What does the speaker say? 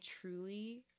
truly